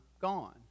Gone